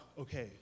okay